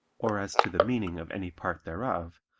or as to the meaning of any part thereof,